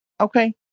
Okay